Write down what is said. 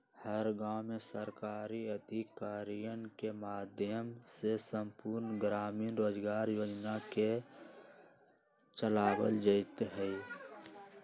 हर गांव में सरकारी अधिकारियन के माध्यम से संपूर्ण ग्रामीण रोजगार योजना के चलावल जयते हई